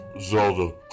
Zelda